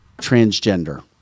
transgender